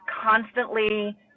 constantly